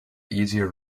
easier